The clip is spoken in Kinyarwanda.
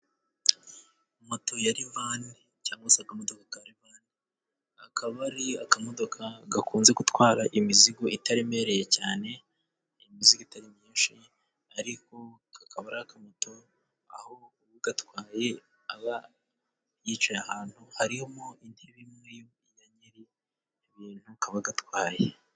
Moto ya rifani cyangwa se akamodoka ka rifani, akaba ari akamodoka gakunze gutwara imizigo itaremereye cyane, imizigo itari myinshi, ariko kakaba ari akamoto aho ugatwaye aba yicaye ahantu harimo intebe imwe y'imbere y'ibintu kaba gatwaye.